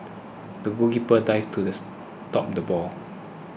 the goalkeeper dived to stop the ball